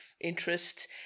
interest